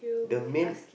the main